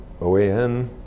OAN